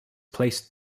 placed